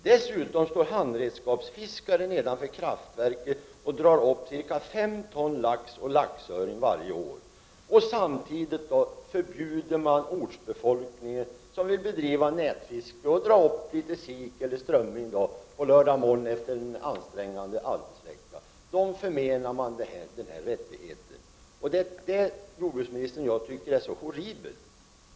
Vidare står handredskapsfiskare nedanför kraftverket och drar upp ca 5 ton lax och öring varje år — detta alltså samtidigt som ortsbefolkningen, som vill ha möjlighet att dra upp litet sik eller strömming i nät på lördagmorgon efter en ansträngande arbetsvecka, förmenas den rättigheten. Det är detta, jordbruksministern, som jag tycker är så horribelt.